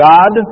God